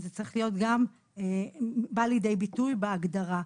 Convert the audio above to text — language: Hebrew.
וזה צריך לבוא לידי ביטוי גם בהגדרה.